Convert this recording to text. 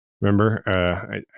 Remember